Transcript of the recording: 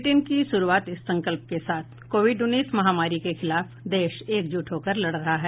bulletin की शुरूआत इस संकल्प के साथ कोविड उन्नीस महामारी के खिलाफ देश एकजुट होकर लड़ रहा है